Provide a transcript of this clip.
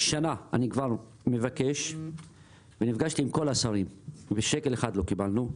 שנה אני כבר מבקש ונפגשתי עם כל השרים ושקל אחד לא קיבלנו,